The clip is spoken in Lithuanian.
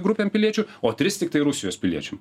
grupėm piliečių o tris tiktai rusijos piliečiam